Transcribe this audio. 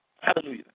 Hallelujah